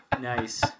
Nice